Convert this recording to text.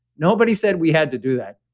nobody said we had to do that.